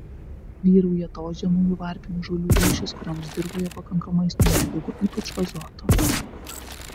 vyrauja tos žemųjų varpinių žolių rūšys kurioms dirvoje pakanka maisto medžiagų ypač azoto